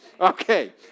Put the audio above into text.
Okay